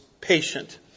patient